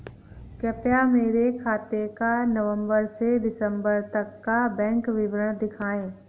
कृपया मेरे खाते का नवम्बर से दिसम्बर तक का बैंक विवरण दिखाएं?